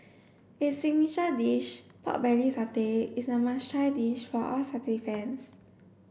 its signature dish pork belly satay is a must try dish for all satay fans